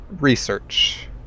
Research